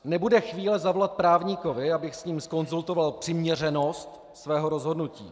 Nebude chvíle zavolat právníkovi, abych s ním zkonzultoval přiměřenost svého rozhodnutí.